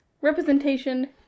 representation